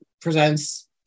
presents